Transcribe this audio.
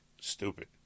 Stupid